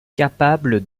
capable